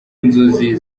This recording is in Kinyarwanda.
nzozi